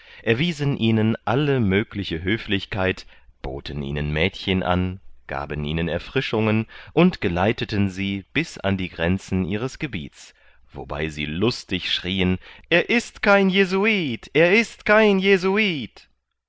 erwiesen ihnen alle mögliche höflichkeit boten ihnen mädchen an gaben ihnen erfrischungen und geleiteten sie bis an die grenzen ihres gebiets wobei sie lustig schrien er ist kein jesuit er ist kein jesuit